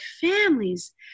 families